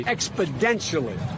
Exponentially